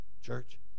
church